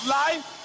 life